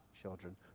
children